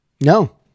No